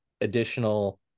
additional